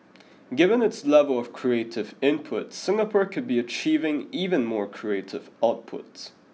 given its level of creative input Singapore could be achieving even more creative outputs